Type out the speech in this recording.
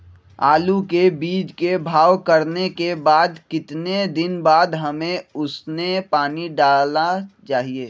आलू के बीज के भाव करने के बाद कितने दिन बाद हमें उसने पानी डाला चाहिए?